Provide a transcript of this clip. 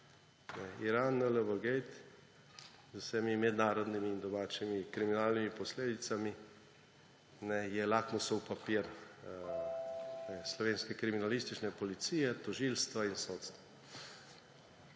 IranNLBgate z vsemi mednarodnimi in domačimi kriminalnimi posledicami je lakmusov papir slovenske kriminalistične policije, tožilstva in sodstva.